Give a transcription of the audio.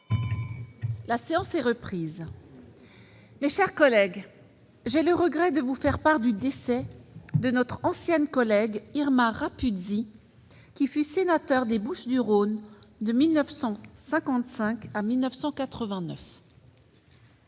La séance est reprise. Mes chers collègues, j'ai le regret de vous faire part du décès de notre ancienne collègue Irma Rapuzzi, qui fut sénateur des Bouches-du-Rhône de 1955 à 1989.